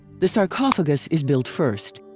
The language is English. the sarcophagus is built first,